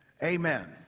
Amen